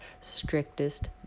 strictest